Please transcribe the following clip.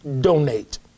donate